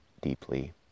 deeply